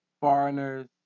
foreigners